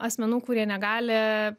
asmenų kurie negali